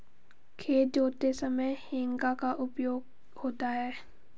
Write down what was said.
खेत जोतते समय हेंगा का उपयोग होता है